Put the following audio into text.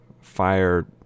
fire